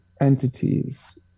entities